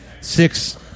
six